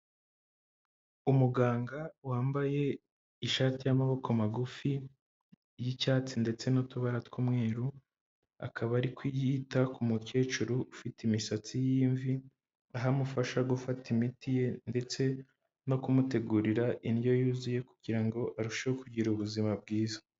Umuganga wambaye ishati y'amaboko magufi y'icyatsi ndetse n'utubara tw'umweru, akaba ari kwita ku mukecuru ufite imisatsi y'imvi, aho amufasha gufata imiti ye ndetse no kumutegurira indyo yuzuye kugira ngo arusheho kugira ubuzima bwiza.